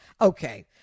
Okay